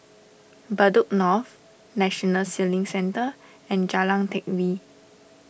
Bedok North National Sailing Centre and Jalan Teck Whye